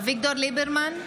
אביגדור ליברמן,